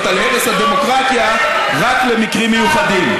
על הרס הדמוקרטיה רק למקרים מיוחדים.